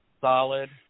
solid